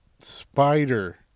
spider